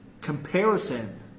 comparison